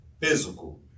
physical